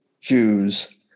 Jews